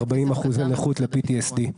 40% נכות ל-PTSD.